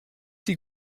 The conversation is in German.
sie